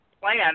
plan